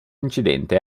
incidente